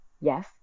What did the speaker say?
Yes